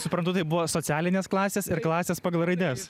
suprantu tai buvo socialinės klasės ir klasės pagal raides